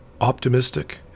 optimistic